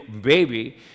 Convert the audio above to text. baby